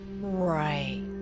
Right